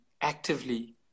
actively